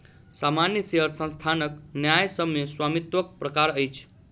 सामान्य शेयर संस्थानक न्यायसम्य स्वामित्वक प्रकार अछि